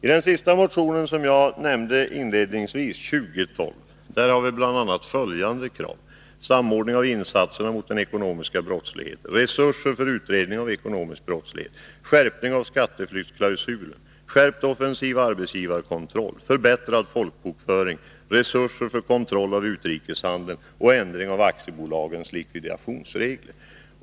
I den sista motionen som jag nämnde inledningsvis, 2012, har vi bl.a. följande krav: samordning av insatserna mot den ekonomiska brottsligheten, resurser för utredning av ekonomisk brottslighet, skärpning av skatteflyktsklausulen, skärpt offensiv arbetsgivarkontroll, förbättrad folkbokföring, resurser för kontroll av utrikeshandeln samt ändring av aktiebolagslagens likvidationsregler.